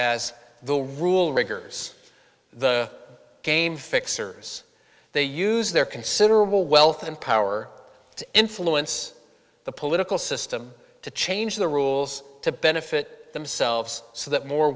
as the rule riggers the game fixers they use their considerable wealth and power to influence the political system to change the rules to benefit themselves so that more